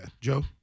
Joe